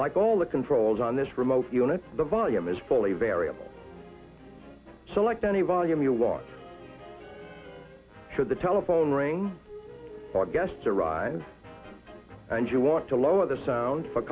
like all the controls on this remote unit the volume is fully variable select any volume you want for the telephone ring or guests arrive and you want to lower the sound